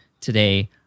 today